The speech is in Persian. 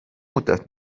مدت